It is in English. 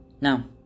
Now